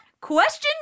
question